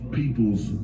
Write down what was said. people's